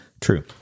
True